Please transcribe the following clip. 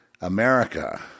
America